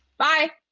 bye!